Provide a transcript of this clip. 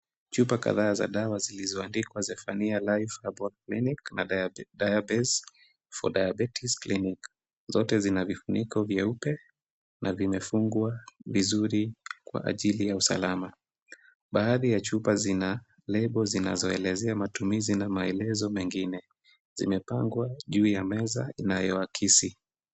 Chupa kadhaa za dawa zilizoandikwa Zephania Life herbal clinic na Diabeze for diabetes clinic . Zote vina vifuniko vyeupe na vimefungwa vizuri kwa ajili ya usalama. Baadhi ya chupa zina lebo zinazoelezea matumizi na maelezo mengine. Zimepangwa juu ya meza inayoakisi.